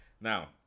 Now